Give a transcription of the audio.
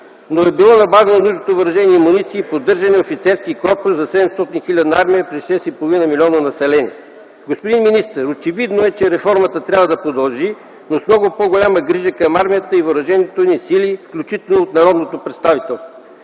но е било набавено нужното въоръжение и муниции, поддържан е офицерски корпус за 700-хилядна армия при 6,5 милиона население. Господин министър, очевидно е, че реформата трябва да продължи, но с много по-голяма грижа към армията и въоръжените ни сили, включително от народното представителство.